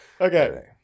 Okay